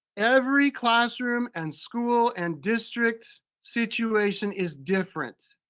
every classroom and school and district situation is different.